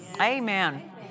Amen